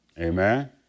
Amen